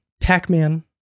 Pac-Man